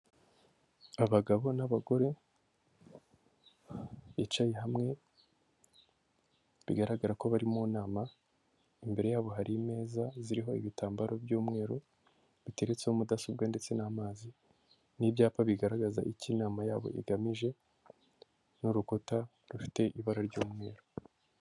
Abagabo n'abagore bicaye hamwe, bigaragara ko bari mu nama, imbere yabo hari imeza ziriho ibitambaro by'umweru, biteretseho mudasobwa ndetse n'amazi n'ibyapa bigaragaza icyo inama yabo igamije n'urukuta rufite ibara ry'umweru.